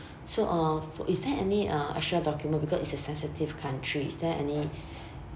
so uh is there any uh extra document because it's a sensitive country is there any